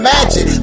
Magic